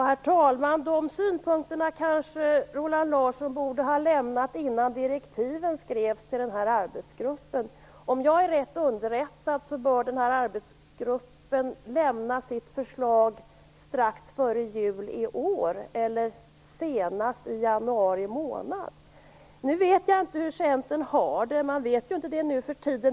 Herr talman! De synpunkterna borde Roland Larsson kanske ha lämnat innan direktiven till arbetsgruppen skrevs. Om jag är riktigt underrättad bör arbetsgruppen lämna sitt förslag strax före jul i år eller senast i januari månad. Nu vet jag inte hur Centern har det - det vet man inte nu för tiden.